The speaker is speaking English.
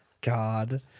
God